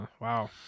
Wow